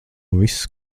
viss